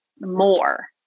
more